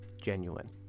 genuine